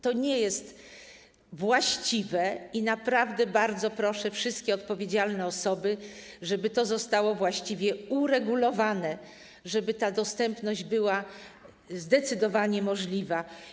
To nie jest właściwe i naprawdę bardzo proszę wszystkie odpowiedzialne osoby, żeby to zostało właściwie uregulowane, żeby ta dostępność była zdecydowanie możliwa.